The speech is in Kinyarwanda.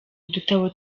udutabo